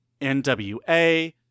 NWA